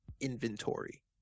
inventory